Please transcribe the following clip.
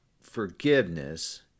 forgiveness